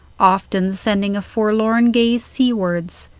often sending a forlorn gaze seawards,